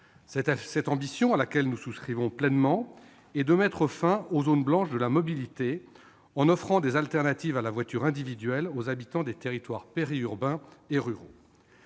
Cette ambition, à laquelle nous souscrivons pleinement, est de mettre fin aux zones blanches de la mobilité, en offrant des solutions de substitution à la voiture individuelle aux habitants des territoires périurbains et ruraux.